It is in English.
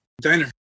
Diner